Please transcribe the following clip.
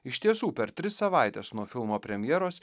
iš tiesų per tris savaites nuo filmo premjeros